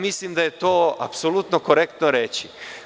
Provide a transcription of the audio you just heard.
Mislim da je to apsolutno korektno reći.